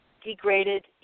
degraded